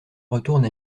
retourne